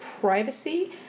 privacy